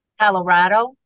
Colorado